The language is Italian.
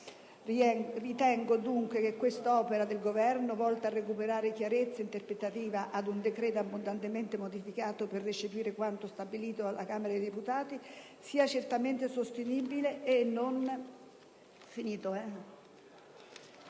Ritengo dunque che questa opera del Governo, volta a recuperare chiarezza interpretativa ad un decreto abbondantemente modificato per recepire quanto stabilito dalla Camera dei deputati, sia certamente sostenibile e non